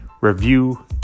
review